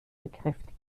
bekräftigen